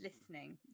listening